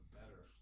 better